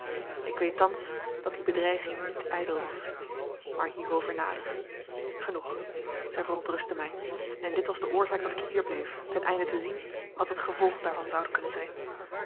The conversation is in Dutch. ik weet thans dat die bedreiging niet ijdel was maar hierover nader genoeg zij verontrustte mij en dit was de oorzaak dat ik hier bleef ten einde te zien wat het gevolg daarvan zoude kunnen zijn